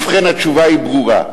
ובכן, התשובה היא ברורה.